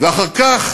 ואחר כך